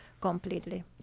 completely